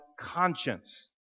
conscience